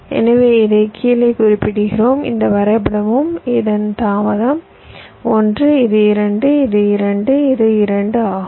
எனவே இதைக் கீழே குறிப்பிடுவோம் இந்த வரைபடமும் இதன் தாமதம் 1 இது 2 இது 2 இது 2 ஆகும்